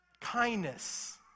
Kindness